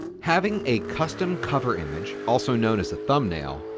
having a custom cover image, also known as a thumbnail,